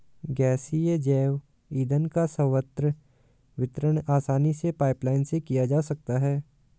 गैसीय जैव ईंधन का सर्वत्र वितरण आसानी से पाइपलाईन से किया जा सकता है